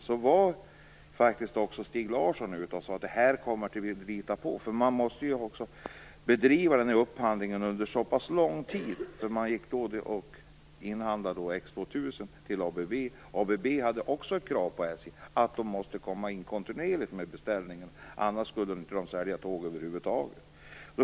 Då sade också Stig Larsson att kostnaderna kommer att fortsätta öka, eftersom man måste bedriva upphandlingen under så pass lång tid. Då inhandlade man X 2000 från ABB. ABB hade också kravet på SJ att det måste komma kontinuerligt med beställningar. Annars skulle man inte sälja tåget över huvud taget.